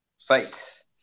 fight